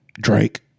Drake